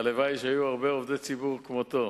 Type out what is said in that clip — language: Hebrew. והלוואי שהיו הרבה עובדי ציבור כמותו,